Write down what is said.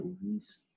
movies